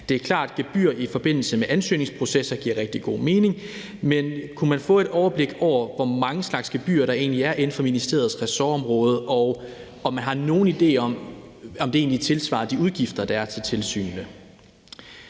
Det er klart, at gebyrer i forbindelse med ansøgningsprocesser giver rigtig god mening, men kunne man få et overblik over, hvor mange slags gebyrer der egentlig er inden for ministeriets ressortområde? Og har man nogen idé om, om det egentlig tilsvarer de udgifter, der er til tilsynene?